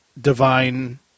divine